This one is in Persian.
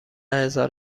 هزار